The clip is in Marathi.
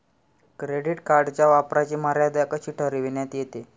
क्रेडिट कार्डच्या वापराची मर्यादा कशी ठरविण्यात येते?